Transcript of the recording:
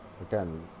again